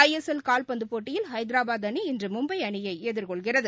ஐ S L காவ்பந்துபோட்டியில் ஐதராபாத் அணி இன்றுமும்பைஅணியைஎதிர்கொள்கிறது